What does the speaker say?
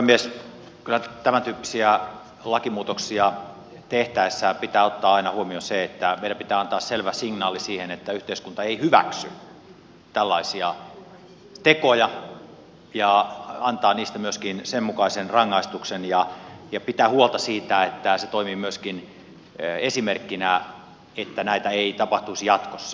kyllä tämäntyyppisiä lakimuutoksia tehtäessä pitää ottaa aina huomioon se että meidän pitää antaa selvä signaali että yhteiskunta ei hyväksy tällaisia tekoja ja antaa niistä myöskin sen mukaisen rangaistuksen ja pitää huolta siitä että se toimii myöskin esimerkkinä että näitä ei tapahtuisi jatkossa